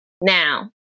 Now